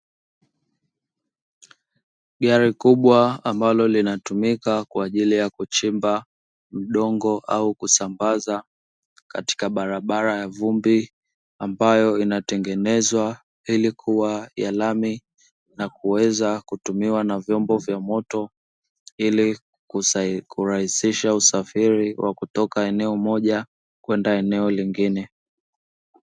Gari kubwa ambalo linatumika kwa ajili ya kuchimb udongo au kusambaza katika barabara ya vumbi ambayo inatengenezwa ili kuwa ya lami, na kuweza kutumiwa na vyombo vya moto, ili kurahisisha usafiri kutoka eneo moja kwenda eneo jingine.